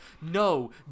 No